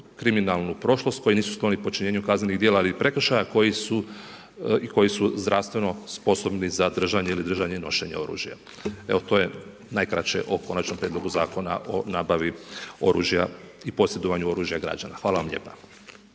kriminalnu prošlost koji nisu skloni počinjenju kaznenih djela ali i prekršaja koji su zdravstveno sposobni za držanje ili držanje i nošenje oružja. Evo to je najkraće o Konačnom prijedlogu zakona o nabavi oružja i posjedovanju oružja građana. Hvala vam lijepa.